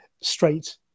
straight